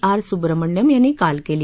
R Subrahmanyam यांनी काल केली